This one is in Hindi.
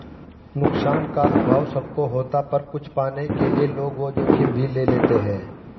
नुकसान का अभाव सब को होता पर कुछ पाने के लिए लोग वो जोखिम भी ले लेते है